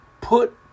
put